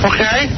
Okay